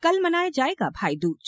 कल मनाया जाएगा भाईदूज